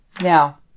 Now